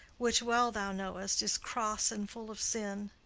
which, well thou knowest, is cross and full of sin.